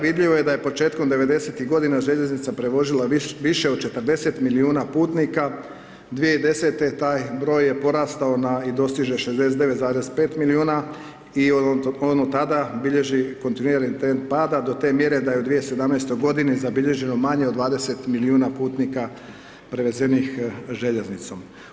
Vidljivo je da je početkom '90.-tih godina željeznica prevozila više od 40 milijuna putnika, 2010. taj broj je porastao na i dostiže 69,5 milijuna i on od tada bilježi kontinuirani trend pada do te mjere da je u 2017. zabilježeno manje od 20 milijuna putnika prevezenih željeznicom.